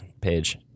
page